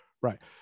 Right